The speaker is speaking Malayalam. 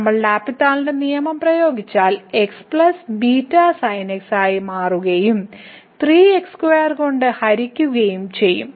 നമ്മൾ L'Hospital ന്റെ നിയമം പ്രയോഗിച്ചാൽ ആയി മാറുകയും 3x2 കൊണ്ട് ഹരിക്കുകയും ചെയ്യും